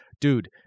dude